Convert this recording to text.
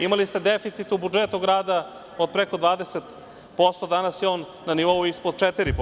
Imali ste deficit u budžetu grada od preko 20%, danas je on na nivou ispod 4%